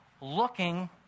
looking